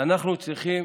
אנחנו צריכים